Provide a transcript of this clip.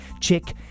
Chick